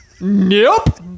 nope